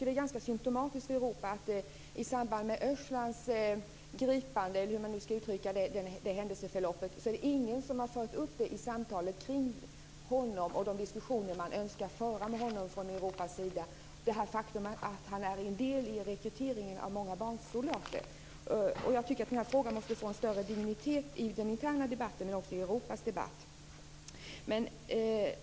Det är symtomatiskt för Europa att i samband med Öcalans gripande har ingen i samtalen kring honom och de diskussioner man från Europas sida önskar föra med honom fört upp det faktum att han är en del i rekryteringen av många barnsoldater. Jag tycker att den frågan måste få en större dignitet i den interna debatten men också i Europas debatt.